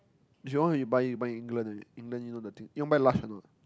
if you want you buy you buy England already England you know the thing you want to buy Lush or not